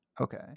okay